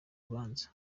urubanza